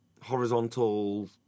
horizontal